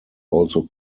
also